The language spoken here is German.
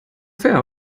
fair